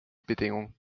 bedingung